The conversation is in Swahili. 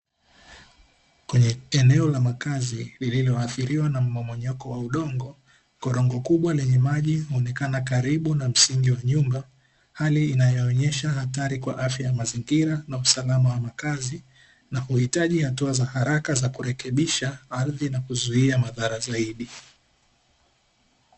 Kwenye eneo la makazi lililoathiriwa na mmomonyoko wa udongo, korongo kubwa lenye maji huonekana karibu na msingi wa nyumba, hali inayoonyesha hatari kwa afya ya mazingira na usalama wa makazi na kuhitaji hatua za haraka za kurekebisha ardhi na kuzuia madhara zaidi.